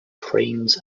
cranes